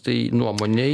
tai nuomonei